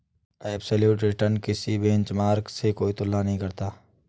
absolute return किसी benchmark से कोई तुलना नहीं करता